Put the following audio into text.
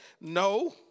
no